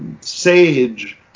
sage